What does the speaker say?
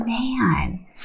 Man